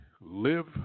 Live